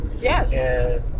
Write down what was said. Yes